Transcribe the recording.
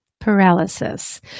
paralysis